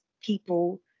people